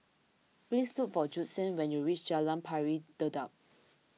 please look for Judson when you reach Jalan Pari Dedap